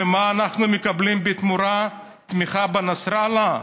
מה אנחנו מקבלים בתמורה, תמיכה בנסראללה?